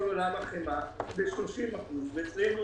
והחמאה ב-30% ואצלנו